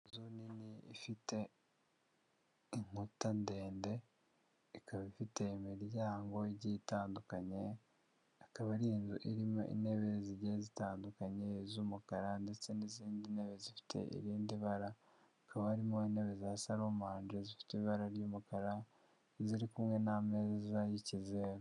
Inzu nini ifite inkuta ndende, ikaba ifite imiryango igiye igitandukanye, ikaba ari inzu irimo intebe zigiye zitandukanye z'umukara ndetse n'izindi ntebe zifite irindi bara. Hakaba harimo intebe za saramanje ,zifite ibara ry'umukara ziri kumwe n'ameza y'ikizeru.